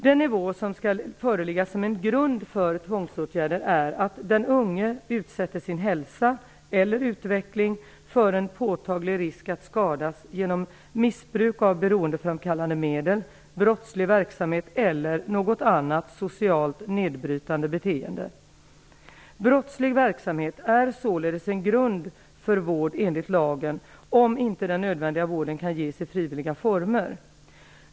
Den nivå som skall föreligga som en grund för tvångsåtgärder är att den unge utsätter sin hälsa eller utveckling för en påtaglig risk att skadas genom missbruk av beroendeframkallande medel, brottslig verksamhet eller något annat socialt nedbrytande beteende. Brottslig verksamhet är således en grund för vård enligt lagen om inte den nödvändiga vården kan ges i frivilliga former.